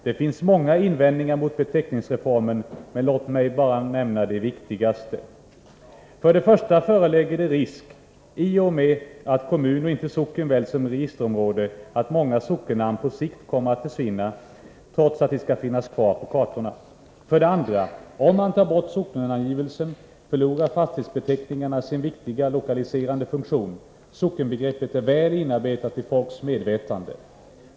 Det finns många invändningar mot beteckningsreformen, men låt mig bara nämna de viktigaste. För det första föreligger det risk, i och med att kommun och inte socken väljs som registerområde, att många sockennamn på sikt kommer att försvinna, trots att de skall finnas kvar på kartorna. För det andra förlorar fastighetsbeteckningarna sin viktiga lokaliserande funktion om man tar bort sockenangivelsen. Sockenbegreppet är väl inarbetat i folks medvetande.